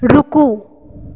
रुकू